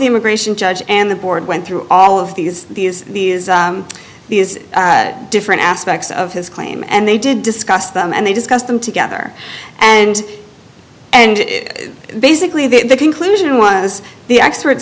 immigration judge and the board went through all of these these these different aspects of his claim and they did discuss them and they discussed them together and and basically the conclusion was the experts